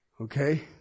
okay